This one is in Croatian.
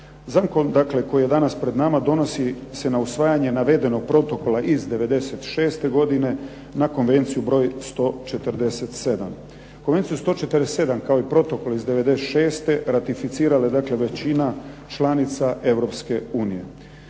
Zakon koji je danas pred nama donosi se na usvajanje navedenog protokola iz 96. godine na Konvenciju broj 147. Konvenciju 147 kao i protokol iz 96. ratificirala je dakle većina članica